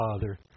Father